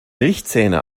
milchzähne